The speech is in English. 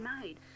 made